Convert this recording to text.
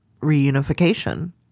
reunification